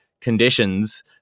conditions